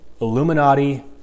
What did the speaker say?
Illuminati